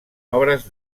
obres